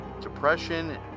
depression